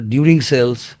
During-sales